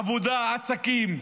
עבודה, עסקים.